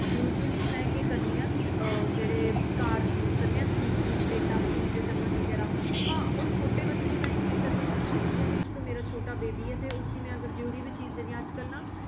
usually में के करनी आं कि जेह्ड़े घर यूज करने आं स्टील दी प्लेटां स्टील दे चमच बगैरा हां और छोटे बच्चे ताईं केह् करने के सिन्स मेरा छोटा बेबी ऐ ते उस्सी में अगर जेह्ड़ी बी चीज दिन्नी अजकल ना